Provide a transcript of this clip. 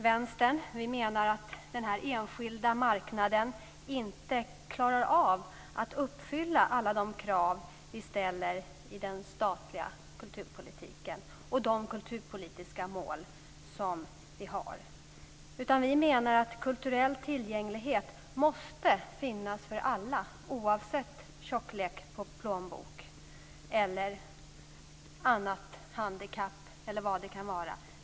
Vi i Vänstern menar att den enskilda marknaden inte klarar av att uppfylla alla de krav vi ställer i den statliga kulturpolitiken och de kulturpolitiska mål vi har. Vi menar att kulturell tillgänglighet måste finnas för alla oavsett tjocklek på plånbok, handikapp eller vad det kan vara.